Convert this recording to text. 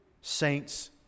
saints